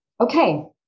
okay